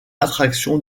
attractions